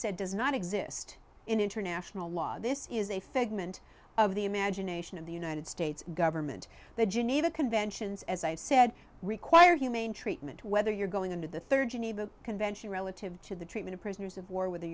said does not exist in international law this is a figment of the imagination of the united states government the geneva conventions as i have said require humane treatment whether you're going into the third geneva convention relative to the treatment of prisoners of war w